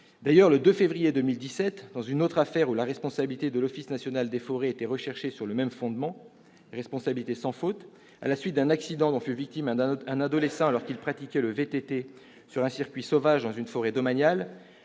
D'ailleurs, le 2 février 2017, dans une autre affaire où la responsabilité de l'Office national des forêts était recherchée sur le même fondement de la responsabilité sans faute, à la suite d'un accident dont fut victime un adolescent alors qu'il pratiquait le VTT sur un circuit « sauvage » dans une forêt domaniale,